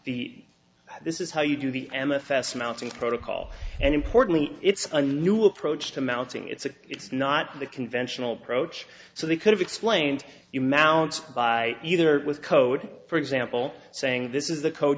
the this is how you do the m f s mounting protocol and importantly it's a new approach to mounting it's a it's not the conventional approach so they could have explained you mallets by either with code for example saying this is the code